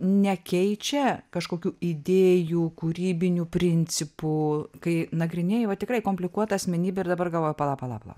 nekeičia kažkokių idėjų kūrybinių principų kai nagrinėji va tikrai komplikuota asmenybė ir dabar galvoji pala pala pala